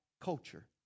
culture